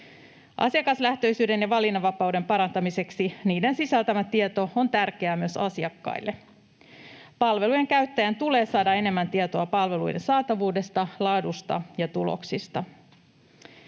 Asiakaslähtöisyyden ja valinnanvapauden parantamiseksi niiden sisältämä tieto on tärkeää myös asiakkaille. Palvelujen käyttäjän tulee saada enemmän tietoa palveluiden saatavuudesta, laadusta ja tuloksista.